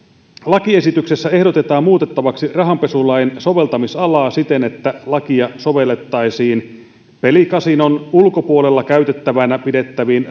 lakiesityksessä ehdotetaan muutettavaksi rahanpesulain soveltamisalaa siten että lakia sovellettaisiin pelikasinon ulkopuolella käytettävänä pidettäviin